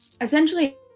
essentially